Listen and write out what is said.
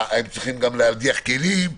הם צריכים גם להדיח כלים.